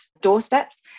doorsteps